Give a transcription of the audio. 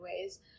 ways